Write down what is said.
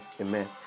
amen